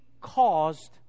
caused